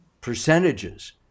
percentages